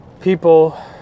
people